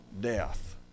death